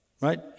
right